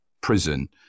prison